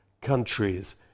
countries